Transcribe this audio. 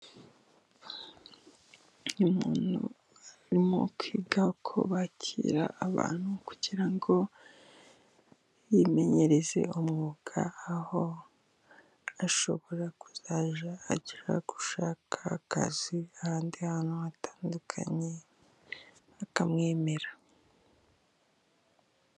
Umuntu arimo kwiga uko bakira abantu kugira ngo yimenyereze umwuga, aho ashobora kuzajya ajya gushaka akazi ahandi hantu hatandukanye bakamwemera.